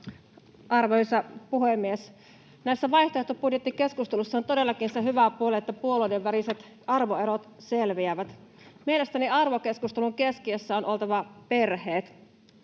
Arvoisa puhemies! Näissä vaihtoehtobudjettikeskusteluissa on todellakin se hyvä puoli, että puolueiden väliset arvoerot selviävät. Mielestäni arvokeskustelun keskiössä on oltava perheet.